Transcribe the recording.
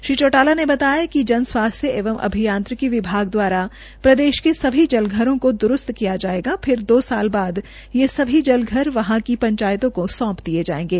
श्री चौटाला ने बताया कि जनस्वास्थ्य एवं अभियांत्रिकी विभाग द्वारा प्रदेश के सभी जलघरों को द्रुस्त किया जाएगा फिर दो साल बाद ये सभी जलघर वहां की पंचायतों को सौंप दिए जाएंगे